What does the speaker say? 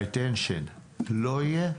ה"אטנשן" לא יהיה,